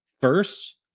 first